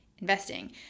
investing